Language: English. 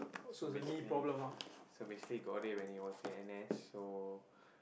so basically so basically got it when he was in N_S so